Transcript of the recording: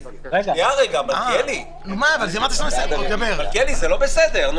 מלכיאלי, זה לא בסדר.